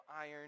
iron